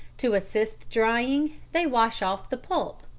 to assist drying, they wash off the pulp,